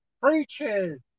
preachers